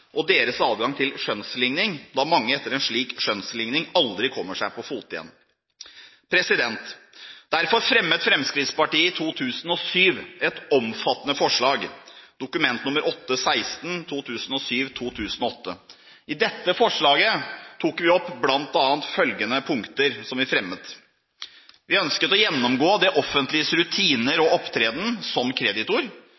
og deres adgang til skjønnsligning, da mange etter en skjønnsligning aldri kommer seg på fote igjen. Derfor fremmet Fremskrittspartiet i 2007 et omfattende forslag, Dokument nr. 8:16 for 2007–2008. I dette forslaget tok vi bl.a. opp følgende punkter, som vi fremmet: Vi ønsket å gjennomgå det offentliges rutiner